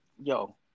Yo